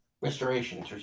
Restoration